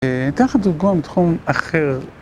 אני אתן לך דוגמה מתחום אחר.